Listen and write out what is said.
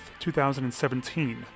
2017